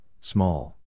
small